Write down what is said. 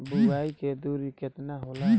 बुआई के दूरी केतना होला?